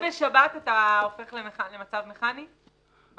בשבת אתה הופך למצב מכני ---?